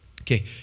Okay